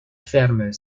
ferme